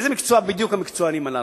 באיזה מקצוע בדיוק המקצוענים הללו?